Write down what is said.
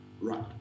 Right